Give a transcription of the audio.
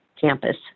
campus